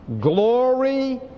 glory